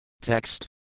Text